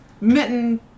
mitten